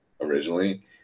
originally